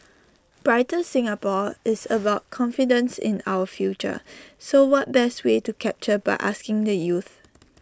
brighter Singapore is about confidence in our future so what best way to capture by asking the youth